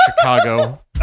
Chicago